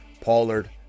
Pollard